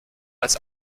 als